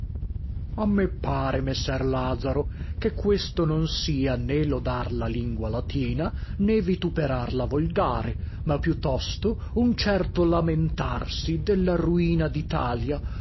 a me pare messer lazaro che questo non sia né lodar la lingua latina né vituperar la volgare ma più tosto un certo lamentarsi della ruina